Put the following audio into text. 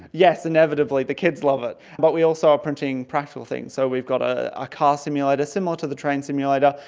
yes inevitably, the kids love it. but we also are printing practical things. so we've got a ah car simulator, similar to the train simulator.